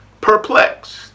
Perplexed